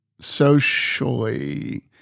socially